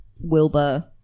Wilbur